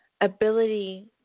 ability